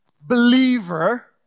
believer